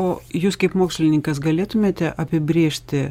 o jūs kaip mokslininkas galėtumėte apibrėžti